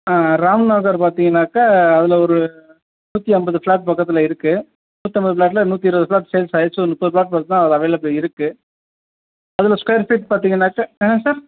ராம் நகர் பார்த்தீங்கன்னாக்க அதில் ஒரு நூற்றி ஐம்பது ஃப்ளாட் பக்கத்தில் இருக்குது நூற்றைம்பது ஃப்ளாட்ல நூற்றி இருபது ஃப்ளாட் சேல்ஸ் ஆயிடுச்சு ஒரு நமுப்பது ஃப்ளாட் பக்கம் தான் அதில் அவைலபிள்ல இருக்கு அதில் ஃபீட் பார்த்தீங்கன்னாக்க என்ன சார்